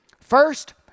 First